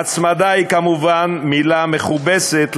ההצמדה היא כמובן מילה מכובסת,